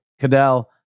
Cadell